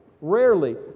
rarely